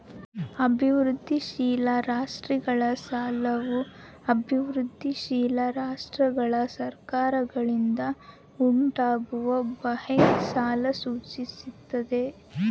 ಅಭಿವೃದ್ಧಿಶೀಲ ರಾಷ್ಟ್ರಗಳ ಸಾಲವು ಅಭಿವೃದ್ಧಿಶೀಲ ರಾಷ್ಟ್ರಗಳ ಸರ್ಕಾರಗಳಿಂದ ಉಂಟಾಗುವ ಬಾಹ್ಯ ಸಾಲ ಸೂಚಿಸ್ತದ